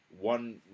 one